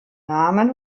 namen